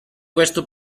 questo